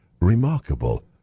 remarkable